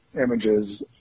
images